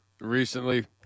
recently